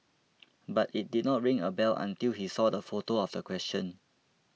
but it did not ring a bell until he saw the photo of the question